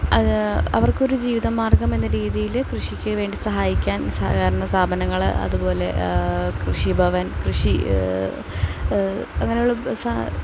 അത് അവർക്കൊരു ജീവിതമാർഗ്ഗം എന്ന രീതിയിൽ കൃഷിക്കുവേണ്ടി സഹായിക്കാൻ സഹകരണ സ്ഥാപനങ്ങൾ അതുപോലെ കൃഷിഭവൻ കൃഷി അങ്ങനെയുള്ള